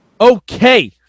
Okay